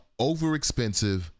overexpensive